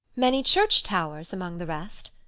many church-towers among the rest?